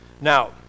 Now